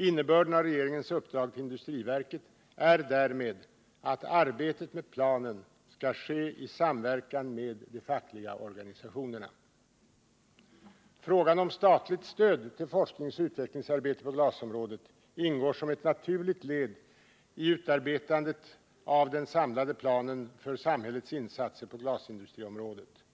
Innebörden av regeringens uppdrag till industriverket är därmed att arbetet med planen skall ske i samverkan med de fackliga organisationerna. Frågan om statligt stöd till forskningsoch utvecklingsarbete på glasområdet ingår som ett naturligt led i utarbetandet av en samlad plan för samhällets insatser på glasindustriområdet.